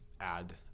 add